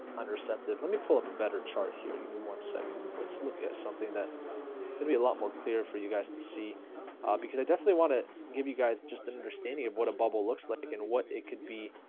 unreceptive let me pull up a better chart here. give me one second let's look at something that it's gonna be a lot more clear for you guys to see because i definitely want to give you guys just an understanding of what a bubble looks like and what it could be